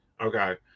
okay